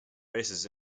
races